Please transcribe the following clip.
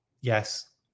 Yes